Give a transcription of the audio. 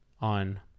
on